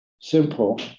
simple